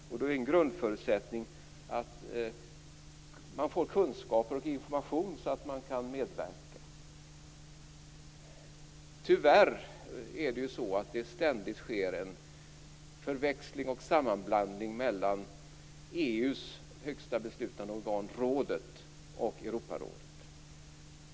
En grundförutsättning för det är att man får kunskaper och information så att man kan medverka. Tyvärr sker det ständigt en förväxling och sammanblandning mellan EU:s högsta beslutande organ rådet och Europarådet.